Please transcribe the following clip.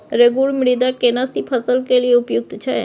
रेगुर मृदा केना सी फसल के लिये उपयुक्त छै?